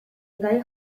gai